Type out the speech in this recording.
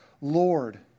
Lord